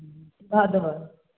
ह्म्म की भाव देबै